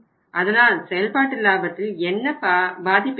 அதனால் செயல்பாட்டு லாபத்தில் என்ன பாதிப்பு ஏற்படும்